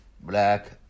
Black